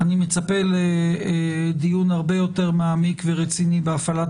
אני מצפה לדיון הרבה יותר מעמיק ורציני בהפעלת